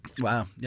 Wow